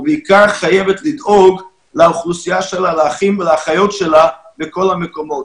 ובעיקר חייבת לדאוג לאוכלוסייה שלה לאחים ולאחיות שלה בכל המקומות,